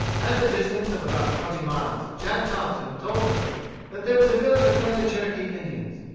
at the distance of about twenty miles, jack thompson told them that there was a village of friendly cherokee indians.